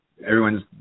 everyone's